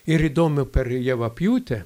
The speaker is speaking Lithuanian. ir įdomu per javapjūtę